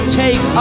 take